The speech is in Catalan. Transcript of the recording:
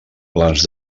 plans